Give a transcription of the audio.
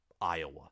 Iowa